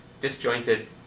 disjointed